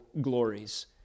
glories